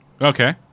Okay